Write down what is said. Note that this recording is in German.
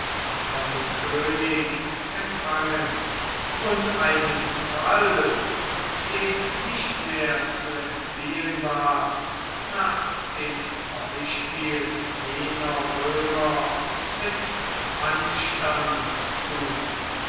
von dem könig empfangen und einen fall dem nicht mehr zu entfliehen war nach dem beispiel jener römer mit anstand thun